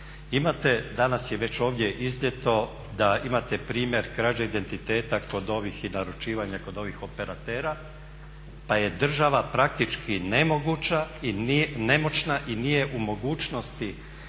Imate, danas je već ovdje iznijeto da imate primjer krađe identiteta i naručivanja kod ovih operatera pa je država praktički nemoćna i nije u mogućnosti